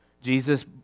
Jesus